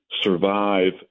survive